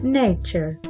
nature